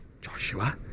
Joshua